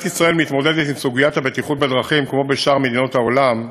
ישראל מתמודדת עם סוגיית הבטיחות בדרכים כמו בשאר מדינות העולם,